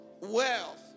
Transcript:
Wealth